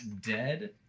dead